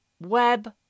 web